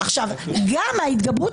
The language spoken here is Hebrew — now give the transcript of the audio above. כי זה לא מכבד.